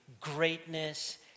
greatness